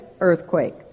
earthquake